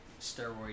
steroid